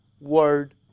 word